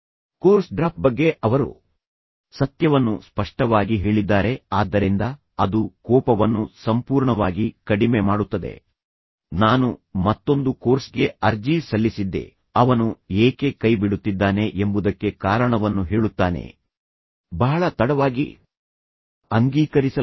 course drop ಬಗ್ಗೆ ಅವರು ಸತ್ಯವನ್ನು ಸ್ಪಷ್ಟವಾಗಿ ಹೇಳಿದ್ದಾರೆ ಆದ್ದರಿಂದ ಅದು ಕೋಪವನ್ನು ಸಂಪೂರ್ಣವಾಗಿ ಕಡಿಮೆ ಮಾಡುತ್ತದೆ ನಾನು ಮತ್ತೊಂದು ಕೋರ್ಸ್ಗೆ ಅರ್ಜಿ ಸಲ್ಲಿಸಿದ್ದೇ ಅವನು ಏಕೆ ಕೈಬಿಡುತ್ತಿದ್ದಾನೆ ಎಂಬುದಕ್ಕೆ ಕಾರಣವನ್ನು ಹೇಳುತ್ತಾನೆ ಬಹಳ ತಡವಾಗಿ ಅಂಗೀಕರಿಸಲಾಯಿತು